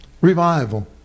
revival